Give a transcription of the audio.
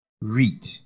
Read